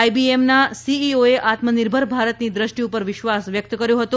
આઈબીએમના સીઈઓએ આત્મનિર્ભાર ભારતની દ્રષ્ટિ પર વિશ્વાસ વ્યક્ત કર્યો હતો